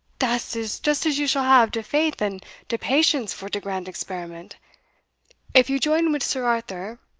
dat is just as you shall have de faith and de patience for de grand experiment if you join wid sir arthur,